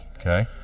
Okay